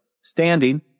standing